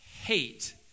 hate